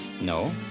no